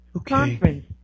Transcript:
Okay